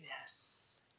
yes